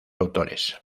autores